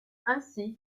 ainsi